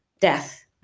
death